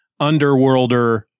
underworlder